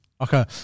Okay